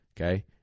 Okay